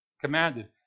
Commanded